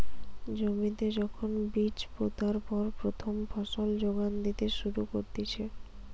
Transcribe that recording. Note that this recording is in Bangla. জমিতে যখন বীজ পোতার পর প্রথম ফসল যোগান দিতে শুরু করতিছে